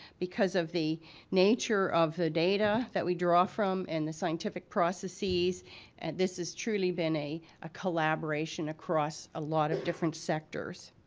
because of the nature of the data that we draw from and the scientific processes and this has truly been a a collaboration across a lot of different sectors.